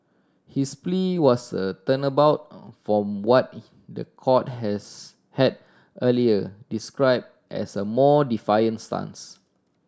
his plea was a turnabout from what the court has had earlier describe as a more defiant stance